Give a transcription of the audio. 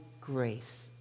grace